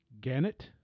Gannett